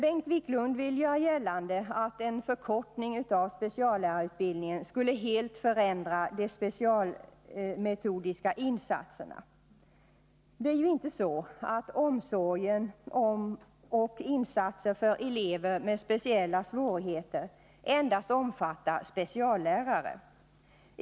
Bengt Wiklund vi ningen skulle helt förändra de specialmetodiska insatserna. Det är ju inte så att omsorgen om och insatserna för elever med speciella svårigheter endast omfattar speciallärare.